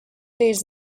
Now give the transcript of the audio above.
days